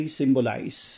symbolize